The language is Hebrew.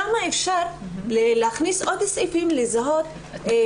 שם אפשר להכניס עוד סעיפים לזהות תלמידים.